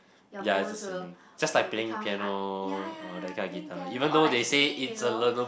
your bones will will become hard ya ya playing piano or like swimming you know